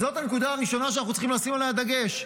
זאת הנקודה הראשונה שאנחנו צריכים לשים עליה דגש.